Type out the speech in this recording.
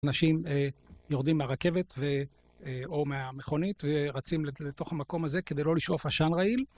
אנשים יורדים מהרכבת ו, או מהמכונית ורצים לתוך המקום הזה כדי לא לשאוף עשן רעיל